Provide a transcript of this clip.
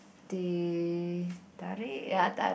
teh-tarik